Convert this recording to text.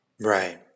Right